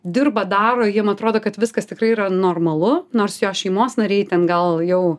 dirba daro jiem atrodo kad viskas tikrai yra normalu nors jo šeimos nariai ten gal jau